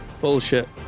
Bullshit